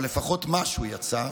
אבל לפחות משהו יצא,